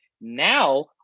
Now